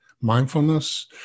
mindfulness